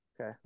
Okay